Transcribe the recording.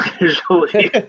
usually